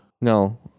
No